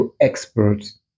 experts